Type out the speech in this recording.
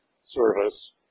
service